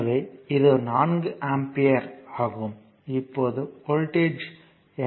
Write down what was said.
எனவே இது 4 ஆம்பியர் ஆகும் இப்போது வோல்டேஜ் என்ன